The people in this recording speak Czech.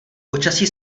počasí